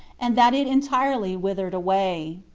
and that it entirely withered away.